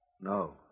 No